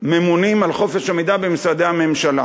ממונים על חופש המידע במשרדי הממשלה,